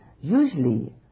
usually